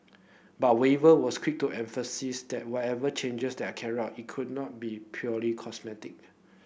but Weaver was quick to emphasise that whatever changes there are carried out it could not be purely cosmetic